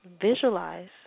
Visualize